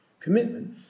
commitment